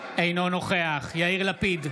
אינו נוכח יאיר לפיד,